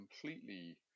completely